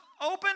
open